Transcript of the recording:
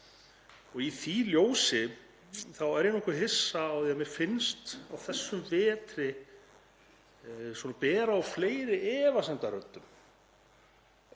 Í því ljósi er ég nokkuð hissa á því að mér finnst á þessum vetri bera á fleiri efasemdarröddum